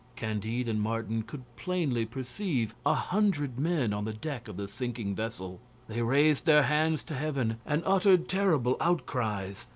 candide and martin could plainly perceive a hundred men on the deck of the sinking vessel they raised their hands to heaven and uttered terrible outcries,